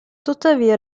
tuttavia